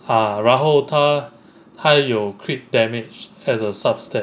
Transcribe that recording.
ah 然后他还有 crit damage as a sub stat